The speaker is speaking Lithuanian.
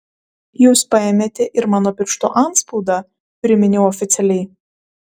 jūs paėmėte ir mano pirštų atspaudą priminiau oficialiai